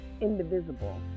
indivisible